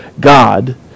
God